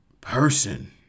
person